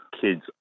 kids